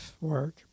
work